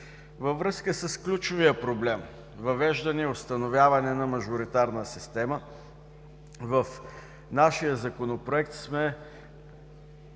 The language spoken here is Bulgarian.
Във връзка с ключовия проблем – въвеждане и установяване на мажоритарна система, в нашия законопроект сме